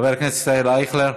חבר הכנסת ישראל אייכלר,